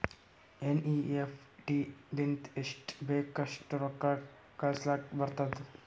NEFT ಲಿಂತ ಎಸ್ಟ್ ಬೇಕ್ ಅಸ್ಟ್ ರೊಕ್ಕಾ ಕಳುಸ್ಲಾಕ್ ಬರ್ತುದ್